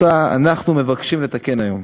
שאנחנו מבקשים לתקן היום,